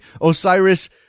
Osiris